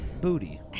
booty